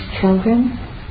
children